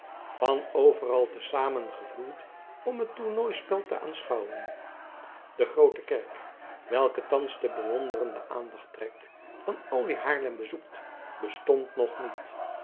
van overal te zamen gevloeid om het tornooispel te aanschouwen de groote kerk welke thans de bewonderende aandacht trekt van al wie haarlem bezoekt bestond nog niet